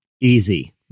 Easy